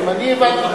ואם אני הבנתי,